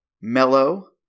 Mellow